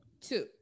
two